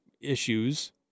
issues